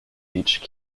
each